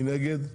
מי נגד?